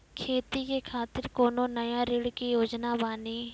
खेती के खातिर कोनो नया ऋण के योजना बानी?